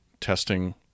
Testing